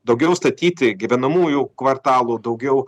daugiau statyti gyvenamųjų kvartalų daugiau